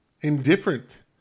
indifferent